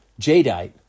Jadeite